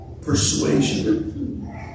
Persuasion